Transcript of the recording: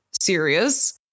serious